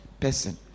person